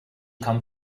come